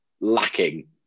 lacking